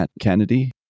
Kennedy